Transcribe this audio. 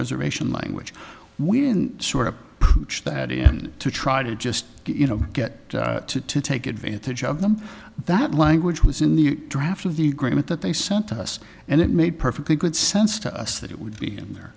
reservation language when sort of that end to try to just you know get to take advantage of them that language was in the draft of the agreement that they sent to us and it made perfectly good sense to us that it would be in the